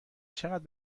چقدر